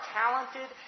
talented